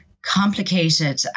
complicated